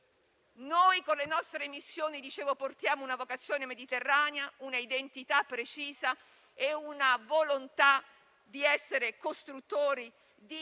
missioni, come dicevo, portiamo una vocazione mediterranea, una identità precisa e una volontà di essere costruttori di pace.